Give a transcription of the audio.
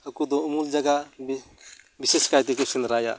ᱦᱟᱹᱠᱩᱫᱚ ᱩᱢᱩᱞ ᱡᱟᱜᱟ ᱵᱤᱥᱮᱥᱠᱟᱭᱛᱮ ᱠᱚ ᱥᱮᱸᱫᱽᱨᱟᱭᱟ